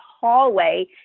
hallway